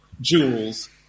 jewels